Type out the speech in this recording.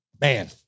man